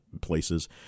places